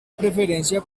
preferencia